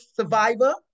survivor